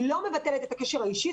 היא לא מבטלת את הקשר האישי,